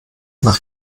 nach